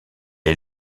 est